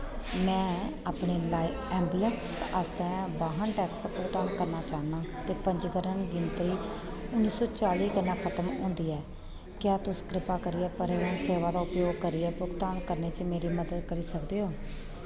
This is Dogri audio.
में अपने एम्बुलेंस आस्तै वाहन टैक्स दा भुगतान करना चाह्न्नां ते पंजीकरण गिनतरी उ'न्नी सौ चाली कन्नै खतम होंदी ऐ क्या तुस कृपा करियै परिवहन सेवा दा उपयोग करियै भुगतान करने च मेरी मदद करी सकदे ओ